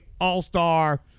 all-star